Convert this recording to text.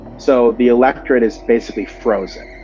so the electorate is basically frozen.